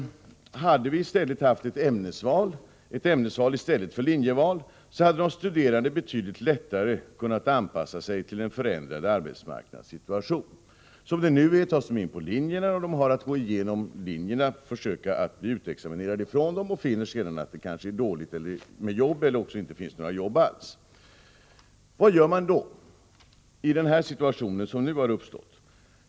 Hade de haft ämnesval i stället för linjeval, hade de studerande betydligt lättare kunnat anpassa sig till en förändrad arbetsmarknadssituation. Som det nu är tas de in på linjerna, har att försöka ta sig igenom och bli utexaminerade från dem och finner sedan att det kanske är dåligt med jobb eller inte finns några jobb alls. Vad gör man då i den situation som nu har uppstått?